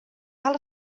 cal